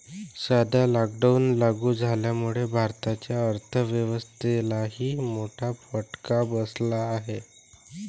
सध्या लॉकडाऊन लागू झाल्यामुळे भारताच्या अर्थव्यवस्थेलाही मोठा फटका बसला आहे